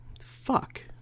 fuck